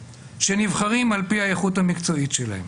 שנבחרים על פי האיכות המקצועית שלהם.